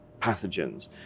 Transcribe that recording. pathogens